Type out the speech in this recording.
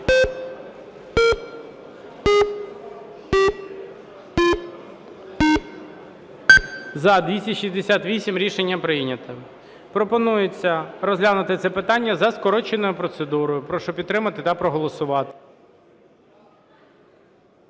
За-268 Рішення прийнято. Пропонується розглянути це питання за скороченою процедурою. Прошу підтримати та проголосувати.